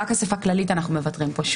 רק אספה כללית אנחנו מוותרים פה.